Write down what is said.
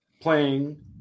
playing